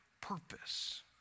purpose